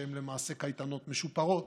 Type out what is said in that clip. שהם למעשה קייטנות משופרות,